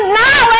now